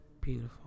beautiful